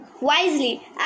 wisely